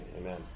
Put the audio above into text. Amen